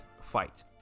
fight